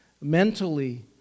mentally